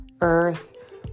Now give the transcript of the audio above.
earth